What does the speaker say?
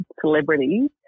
celebrities